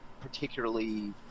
particularly